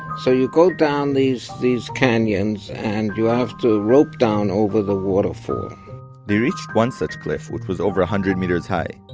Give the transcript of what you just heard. so you go down these these canyons and you have to rope down over the waterfall they reached one such cliff which was over a hundred meters high.